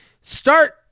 Start